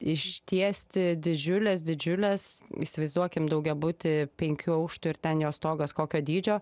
ištiesti didžiules didžiules įsivaizduokim daugiabutį penkių aukštų ir ten jo stogas kokio dydžio